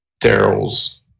daryl's